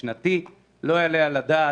לא קשור להלמ"ס בכלל.